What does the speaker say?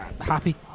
happy